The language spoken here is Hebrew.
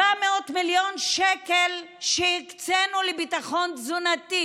700 מיליון שקל שהקצנו לביטחון תזונתי